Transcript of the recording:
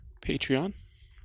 Patreon